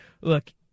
look